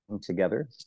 together